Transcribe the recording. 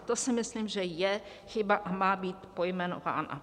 To si myslím, že je chyba a má být pojmenována.